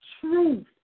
truth